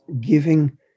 giving